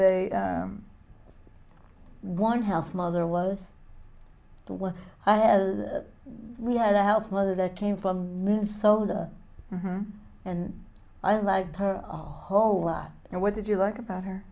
the one house mother was the one i had we had a house mother that came from minnesota and i liked her a whole lot and what did you like about her